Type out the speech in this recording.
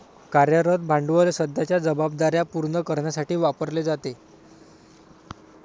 कार्यरत भांडवल सध्याच्या जबाबदार्या पूर्ण करण्यासाठी वापरले जाते